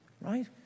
right